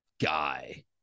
guy